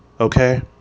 okay